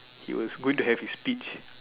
he was going to have his speech